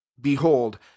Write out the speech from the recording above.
Behold